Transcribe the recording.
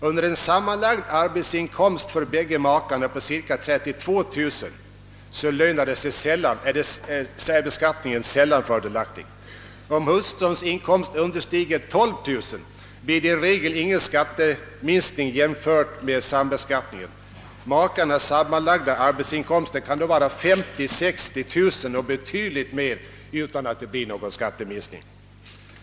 Under en sammanlagd arbetsinkomst för bägge makarna på cirka 32 000 är särbeskattningen sällan fördelaktig. Om hustruns inkomst understiger 12000 kronor blir det i regel ingen skatteminskning jämfört med sambeskattning. Makarnas sammanlagda arbetsinkomster kan då vara 50 000—60 000 kronor — ja, betydligt mer — utan att det blir skatteminskning.